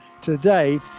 today